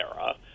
era